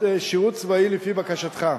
שירות צבאי "לפי בקשתך",